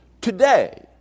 today